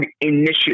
Initiative